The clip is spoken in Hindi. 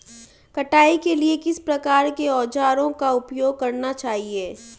कटाई के लिए किस प्रकार के औज़ारों का उपयोग करना चाहिए?